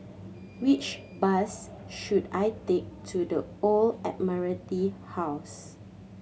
which bus should I take to The Old Admiralty House